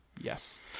Yes